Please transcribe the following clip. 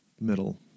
middle